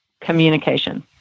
communication